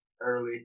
early